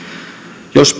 jos